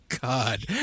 God